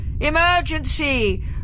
Emergency